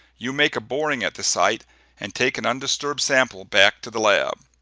you make a boring at the site and take an undisturbed sample back to the lab.